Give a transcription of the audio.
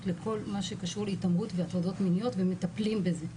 לכל מה שקשור להתעמרות והטרדות מיניות ומטפלים בזה.